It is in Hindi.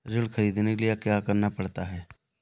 ऋण ख़रीदने के लिए क्या करना पड़ता है?